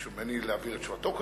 ביקשו ממני להעביר את תשובתו.